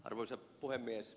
arvoisa puhemies